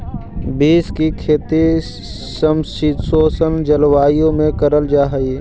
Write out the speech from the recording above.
beans की खेती समशीतोष्ण जलवायु में करल जा हई